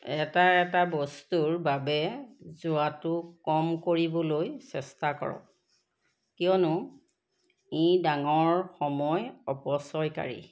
এটা এটা বস্তুৰ বাবে যোৱাটো কম কৰিবলৈ চেষ্টা কৰক কিয়নো ই ডাঙৰ সময় অপচয়কাৰী